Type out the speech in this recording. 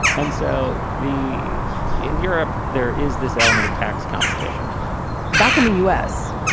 and so the in europe there is this element of tax competition back in the u s.